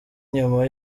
nyuma